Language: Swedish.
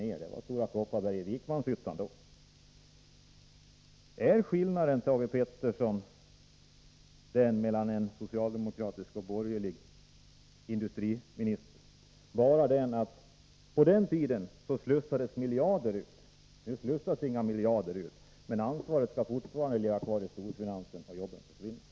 Det gällde då Stora Kopparbergs anläggningar i Vikmanshyttan. Thage Peterson! Är skillnaden mellan en borgerlig och en socialdemokratisk industriminister bara den att det på den tiden slussades ut miljarder men att så inte sker nu — ansvaret skall fortfarande ligga kvar inom storfinansen, vilket leder till att jobben försvinner?